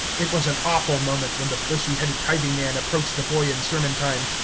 it was an awful moment when the bushy-headed tithing-man approached a boy in sermon-time.